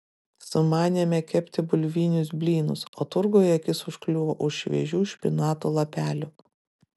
sumanėme kepti bulvinius blynus o turguje akis užkliuvo už šviežių špinatų lapelių